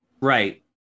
Right